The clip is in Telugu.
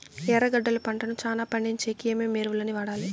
ఎర్రగడ్డలు పంటను చానా పండించేకి ఏమేమి ఎరువులని వాడాలి?